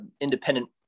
independent